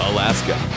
Alaska